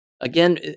Again